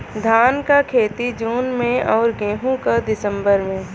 धान क खेती जून में अउर गेहूँ क दिसंबर में?